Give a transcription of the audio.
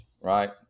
right